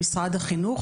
החינוך,